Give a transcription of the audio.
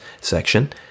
Section